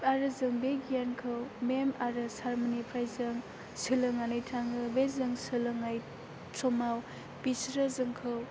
आरो जों बे गियानखौ मेम आरो सारमोननिफ्राय जों सोलोंनानै थाङो बे जों सोलोंनाय समाव बिसोरो जोंखौ